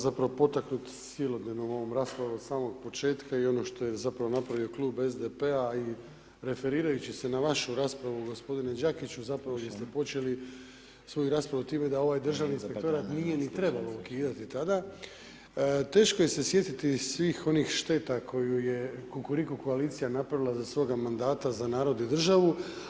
Zapravo, potaknut silnom ovom raspravom od samog početka i ono što je zapravo napravio Klub SDP-a i referirajući se na vašu raspravu gospodine Đakiću zapravo jer ste počeli svoju raspravu time da ovaj Državni inspektorat nije ni trebalo ukidati tada, teško se sjetiti svih onih šteta koju je Kukuriku koalicija napravila za svoga mandata za narod i državu.